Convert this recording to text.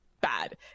Bad